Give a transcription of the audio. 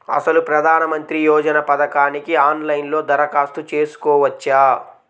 అసలు ప్రధాన మంత్రి యోజన పథకానికి ఆన్లైన్లో దరఖాస్తు చేసుకోవచ్చా?